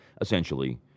essentially